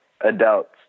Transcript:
adults